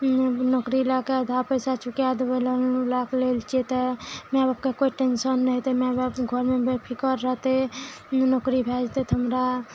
नौकरी लए कऽ आधा पैसा चुका देबय लोन उनके लएके लै छियै तऽ मैआ बापके कोइ टेंशन नहि हेतय मैआ बाप घरमे बेफिक्र रहतइ नौकरी भए जेतइ तऽ हमरा